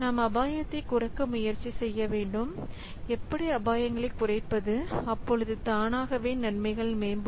நாம் அபாயத்தை குறைக்க முயற்சி செய்ய வேண்டும் எப்படி அபாயங்களை குறைப்பது அப்பொழுது தானாகவே நன்மைகள் மேம்படும்